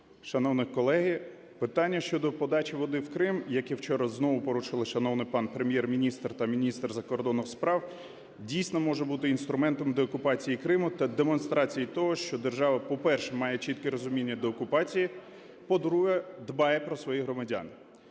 Шановні колеги, питання щодо подачі води в Крим, яке вчора знову порушили шановний пан Прем'єр-міністр та міністр закордонних справ, дійсно може бути інструментом деокупації Криму та демонстрації того, що держава, по-перше, має чітке розуміння деокупації, по-друге, дбає про своїх громадян.